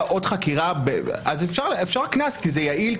עוד חקירה אז אפשר קנס כי זה יעיל,